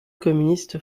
communiste